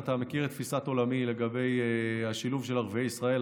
אתה מכיר את תפיסת עולמי לגבי השילוב של ערביי ישראל.